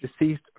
deceased